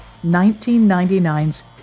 1999's